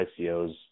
ICOs